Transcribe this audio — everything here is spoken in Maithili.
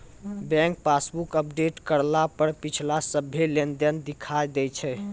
बैंक पासबुक अपडेट करला पर पिछला सभ्भे लेनदेन दिखा दैय छै